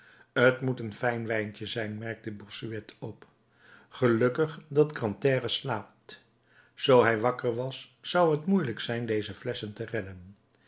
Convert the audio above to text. t moet een fijn wijntje zijn merkte bossuet op gelukkig dat grantaire slaapt zoo hij wakker was zou t moeielijk zijn deze flesschen te redden